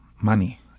money